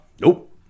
Nope